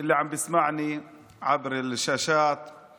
(אומר דברים בשפה הערבית, להלן תרגומם: